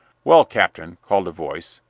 well, captain, called a voice,